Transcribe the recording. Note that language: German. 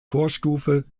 vorstufe